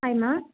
ஹாய்மா